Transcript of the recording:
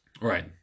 Right